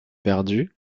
perdu